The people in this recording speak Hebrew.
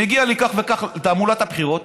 מגיע לי כך וכך לתעמולת הבחירות,